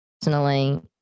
personally